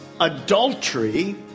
adultery